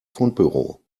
fundbüro